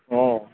অঁ